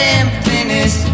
emptiness